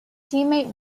teammate